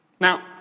Now